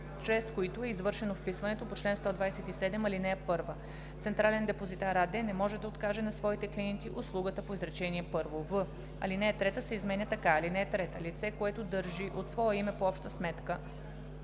чрез които е извършено вписването по чл. 127, ал. 1. „Централен депозитар“ АД не може да откаже на своите клиенти услугата по изречение първо.“; в) алинея 3 се изменя така: „(3) Лице, което държи от свое име по обща сметка